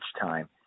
time